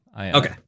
okay